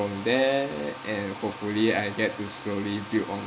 there and hopefully I get to slowly build on my wealth